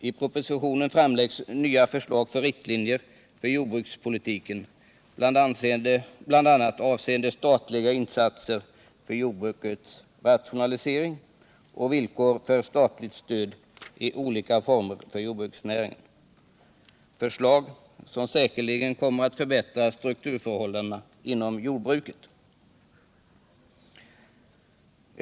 I propositionen framläggs nya förslag till riktlinjer för jordbrukspolitiken bl.a. avseende statliga insatser för jordbrukets rationalisering och villkor för statligt stöd i olika former för jordbruksnäringen — förslag som säkerligen kommer att förbättra strukturförhållandena inom jordbruket.